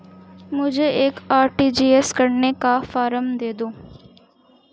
मुझे एक आर.टी.जी.एस करने का फारम दे दो?